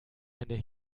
eine